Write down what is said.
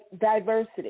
diversity